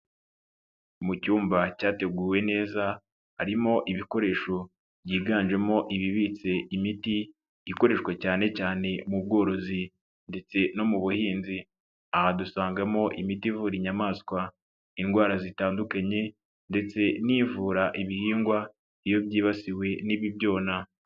Mu cyumba cyateguwe neza harimo ibikoresho byiganjemo ibibitse imiti ikoreshwa cyane cyane mu bworozi ndetse no mu buhinzi, aha dusangamo imiti ivura inyamaswa indwara zitandukanye ndetse n'ivura ibihingwa iyo byibasiwe n'ibibyona.